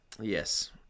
Yes